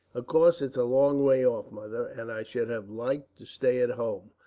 of course it's a long way off, mother, and i should have liked to stay at home,